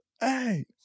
hey